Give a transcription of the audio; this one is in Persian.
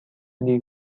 دیر